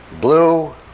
blue